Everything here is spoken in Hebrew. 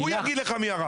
הוא יגיד לך מי ירה.